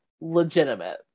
legitimate